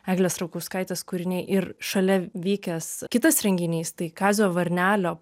eglės rakauskaitės kūriniai ir šalia vykęs kitas renginys tai kazio varnelio